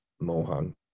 Mohan